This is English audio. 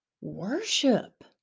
worship